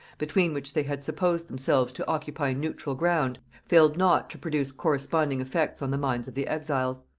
between which they had supposed themselves to occupy neutral ground, failed not to produce corresponding effects on the minds of the exiles.